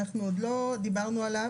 אנחנו עוד לא דיברנו עליו.